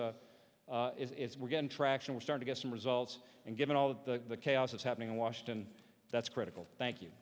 it's we're getting traction we start to get some results and given all of the chaos that's happening in washington that's critical thank you